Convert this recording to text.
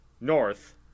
North